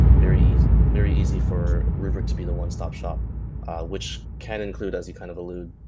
very easy very easy for rubrik to be the one-stop-shop which can include, as you kind of allude,